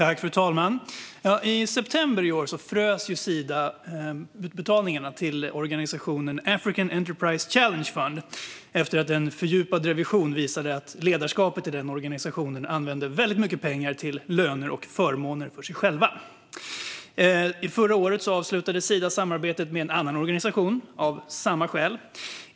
Fru talman! I september i år frös Sida utbetalningarna till organisationen African Enterprise Challenge Fund efter att en fördjupad revision visat att ledarskapet i den organisationen använde väldigt mycket pengar till löner och förmåner åt sig själva. Förra året avslutade Sida samarbetet med en annan organisation av samma skäl.